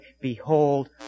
behold